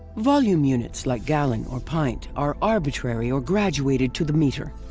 volume units like gallon or pint, are arbitrary or graduated to the meter.